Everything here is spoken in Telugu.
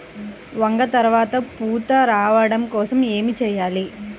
వంగ త్వరగా పూత రావడం కోసం ఏమి చెయ్యాలి?